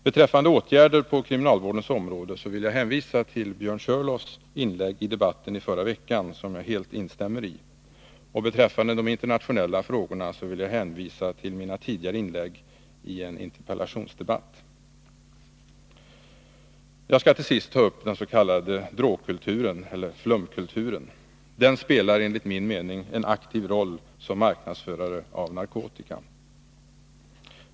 Beträffande insatser inom kriminalvården vill jag hänvisa till Björn Körlofs inlägg i debatten i förra veckan, som jag helt instämmer i, och beträffande de internationella frågorna vill jag hänvisa till mina tidigare inlägg i en interpellationsdebatt. Jag skall till sist ta upp den s.k. drogkulturen eller ”flumkulturen”. Den spelar enligt min mening en aktiv roll som marknadsförare av narkotika.